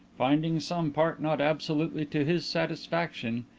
finding some part not absolutely to his satisfaction,